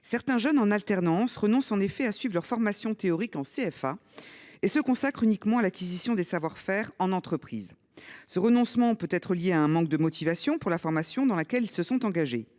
certains jeunes en alternance renoncent à suivre leur formation théorique en CFA et se consacrent uniquement à l’acquisition des savoir faire en entreprise. Ce renoncement peut être lié à un manque de motivation pour la formation dans laquelle ils se sont engagés.